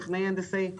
טכנאי-הנדסאי.